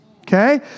okay